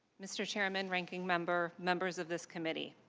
mr. chairman, ranking member, members of this committee,